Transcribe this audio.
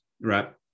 right